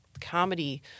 comedy